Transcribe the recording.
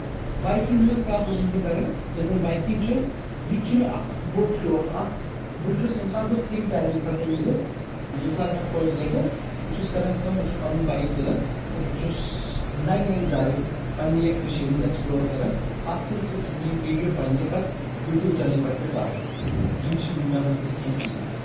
biking ہٕنٛز کتھ اوسُس بہٕ کران یۄس زن بایکِنٛگ چھِ یہِ تہِ چھُ مےٚ اکھ بوٚڑ شوق اکھ بہٕ چھُس ییٚمہِ ساتہٕ بہٕ فری ٹایم ییٚمہِ ساتہٕ تمہِ مِلہِ ییٚمہِ ساتہٕ مےٚ خۄش گژھِ بہٕ چھُس کران کٲم بہٕ چھُس پنُن بایِک تُلان تہٕ بہٕ چھُس نیہِ نیہِ جایہِ پنٕنہِ یَتھ کٔشیٖر منٛز ایٚکسپلور کران اَتھ سۭتۍ سۭتۍ چھُس بہٕ یِم ویٖڈیو پنٕنہِ پتہٕ یوٗٹوٗب چنلہِ پؠٹھ تہِ ترااون یِم چھِ مےٚ مُتعلق کینٛہہ چیٖز